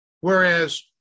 whereas